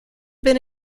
been